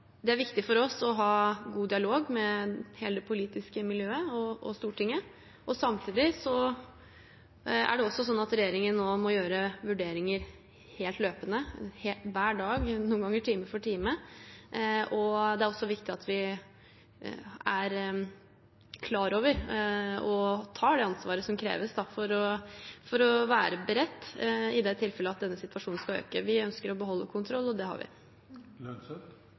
politiske miljøet og Stortinget. Samtidig er det sånn at regjeringen nå må gjøre vurderinger løpende hver dag, noen ganger time for time. Det er også viktig at vi er klar over og tar det ansvaret som kreves for å være beredt i det tilfellet at denne situasjonen skal øke. Vi ønsker å beholde kontroll, og det har